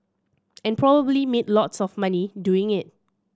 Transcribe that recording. and probably made lots of money doing it